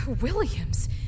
Williams